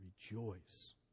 Rejoice